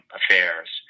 affairs